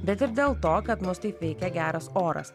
bet ir dėl to kad nors tai teikia geras oras